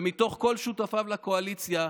ומתוך כל שותפיו לקואליציה,